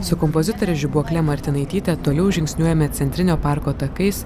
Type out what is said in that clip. su kompozitore žibuokle martinaityte toliau žingsniuojame centrinio parko takais